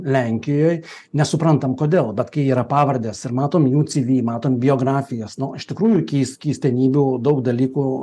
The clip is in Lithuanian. lenkijoj nesuprantam kodėl bet kai yra pavardės ir matome jų civi matom biografijas nu iš tikrųjų keis keistenybių daug dalykų